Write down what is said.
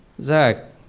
Zach